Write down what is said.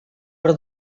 per